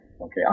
Okay